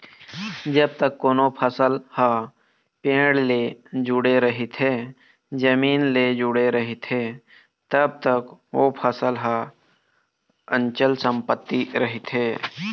जब तक कोनो फसल ह पेड़ ले जुड़े रहिथे, जमीन ले जुड़े रहिथे तब तक ओ फसल ह अंचल संपत्ति रहिथे